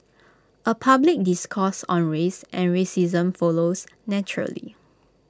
A public discourse on race and racism follows naturally